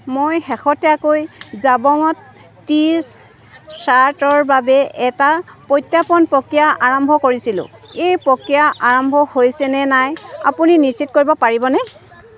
মই শেহতীয়াকৈ জাবং ত টি শ্বাৰ্টৰ বাবে এটা প্ৰত্যৰ্পণ প্ৰক্ৰিয়া আৰম্ভ কৰিছিলোঁ এই প্ৰক্ৰিয়া আৰম্ভ হৈছে নে নাই আপুনি নিশ্চিত কৰিব পাৰিবনে